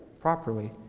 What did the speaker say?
properly